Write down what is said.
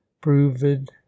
proved